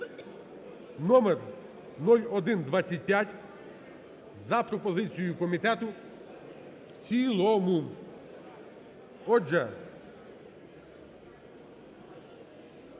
(номер 0125) за пропозицією комітету в цілому. Отже,